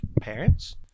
parents